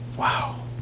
wow